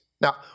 Now